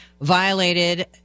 violated